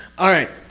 alright.